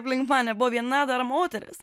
aplink mane buvo viena dar moteris